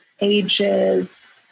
ages